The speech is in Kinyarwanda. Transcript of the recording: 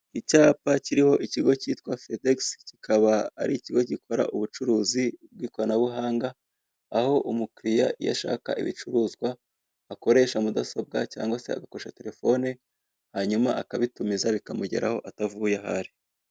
Icyapa kiriho ikigo cyitwa Fedex, kikaba ari ikigo gikora ubucuruzi bw'ikoranabuhanga, aho umukiriya iyo ashaka ibicuruzwa akoresha mudasobwa cyangwa se agakoresha terefoni, hanyuma akabitumiza, bikamugeraho atavuye aho ari.